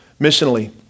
missionally